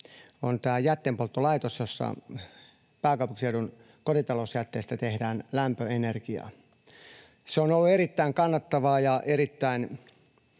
on tämä jätteenpolttolaitos, jossa pääkaupunkiseudun kotitalousjätteestä tehdään lämpöenergiaa. Se on ollut erittäin kannattavaa ja erittäin